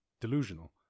delusional